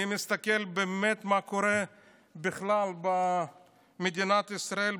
אני מסתכל מה קורה בכלל במדינת ישראל,